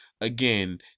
Again